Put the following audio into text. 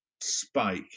spike